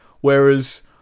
whereas